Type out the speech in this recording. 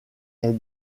est